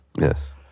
Yes